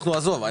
עזוב,